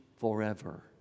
forever